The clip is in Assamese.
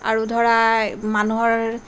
আৰু ধৰা মানুহৰ